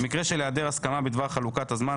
במקרה של העדר הסכמה בדבר חלוקת הזמן,